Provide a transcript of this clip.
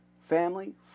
Family